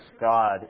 God